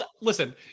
Listen